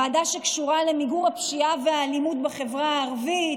ועדה שקשורה למיגור הפשיעה והאלימות בחברה הערבית,